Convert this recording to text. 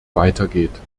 weitergeht